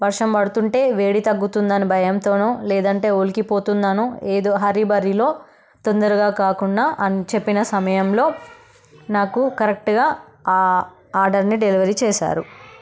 వర్షం పడుతుంటే వేడి తగ్గుతుందని భయంతోనో లేదంటే ఒలికి పోతున్నాను ఏదో హర్రి బరీలో తొందరగా కాకుండా అని చెప్పిన సమయంలో నాకు కరెక్ట్గా ఆర్డర్ని డెలివరీ చేశారు